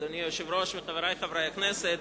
אדוני היושב-ראש וחברי חברי הכנסת,